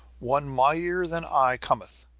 one mightier than i cometh,